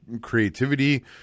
creativity